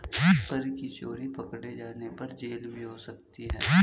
कर की चोरी पकडे़ जाने पर जेल भी हो सकती है